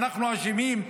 אנחנו אשמים,